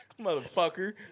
motherfucker